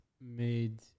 made